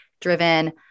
driven